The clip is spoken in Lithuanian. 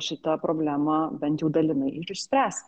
šitą problemą bent jau dalinai ir išspręst